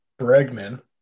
Bregman